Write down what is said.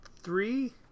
three